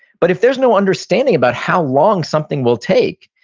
but if there's no understanding about how long something will take,